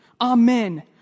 Amen